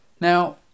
Now